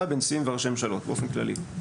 בנשיאים וראשי ממשלות באופן כללי.